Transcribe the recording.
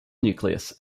nucleus